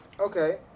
Okay